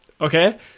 Okay